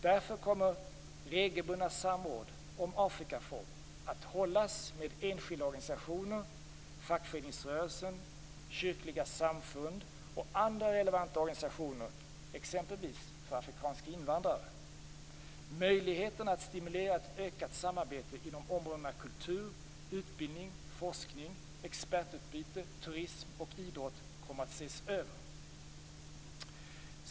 Därför kommer regelbundna samråd om Afrikafrågor att hållas med enskilda organisationer, fackföreningsrörelsen, kyrkliga samfund och andra relevanta organisationer, t.ex. för afrikanska invandrare. Möjligheterna att stimulera ett ökat samarbete inom områdena kultur, utbildning, forskning, expertutbyte, turism och idrott kommer att ses över.